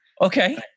Okay